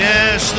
Yes